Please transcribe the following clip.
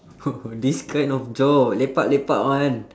this kind of job lepak lepak [one]